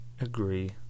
agree